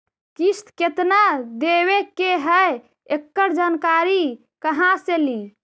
किस्त केत्ना देबे के है एकड़ जानकारी कहा से ली?